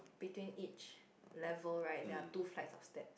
between each lever right there are two flights of step